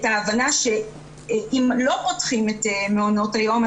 ההבנה שאם לא פותחים את מעונות היום,